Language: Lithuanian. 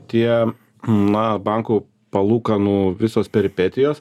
tie na bankų palūkanų visos peripetijos